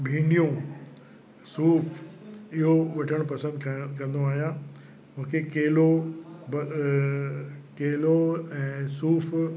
भिंडियूं सूफ़ु इहो वठणु पसंदि क कंदो आहियां केलो केलो ऐं सूफ़ु